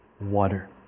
water